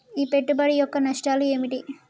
ఈ పెట్టుబడి యొక్క నష్టాలు ఏమిటి?